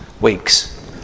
weeks